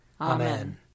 Amen